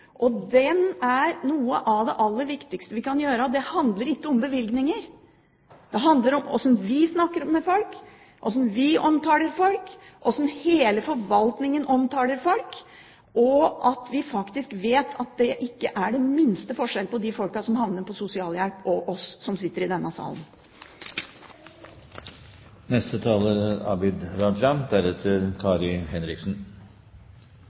Og noe av det aller viktigste vi kan gjøre, handler ikke om bevilgninger. Det handler om hvordan vi snakker med folk, hvordan vi omtaler folk, hvordan hele forvaltningen omtaler folk, og at vi faktisk vet at det ikke er den minste forskjell på de folkene som havner på sosialhjelp, og oss som sitter i denne